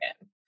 again